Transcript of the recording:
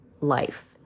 life